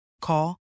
Call